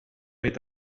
mit